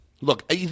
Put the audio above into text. look